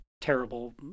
terrible